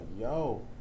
yo